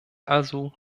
also